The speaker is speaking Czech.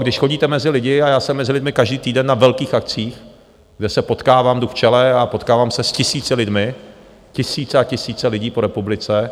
Když chodíte mezi lidi, a já jsem mezi lidmi každý týden na velkých akcích, kde se potkávám, jdu v čele a potkávám se s tisíci lidmi, tisíce a tisíce lidí po republice.